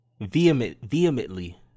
vehemently